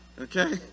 Okay